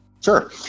Sure